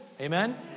Amen